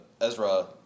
Ezra